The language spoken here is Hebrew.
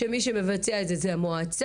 שמי שמבצע את זה תהיה המועצה.